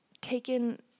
taken